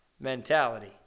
mentality